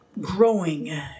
growing